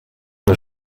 nur